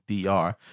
DR